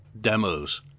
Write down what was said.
demos